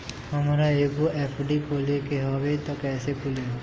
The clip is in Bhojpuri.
हमरा एगो एफ.डी खोले के हवे त कैसे खुली?